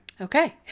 Okay